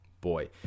boy